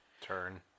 Turn